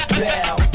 bell